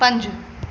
पंज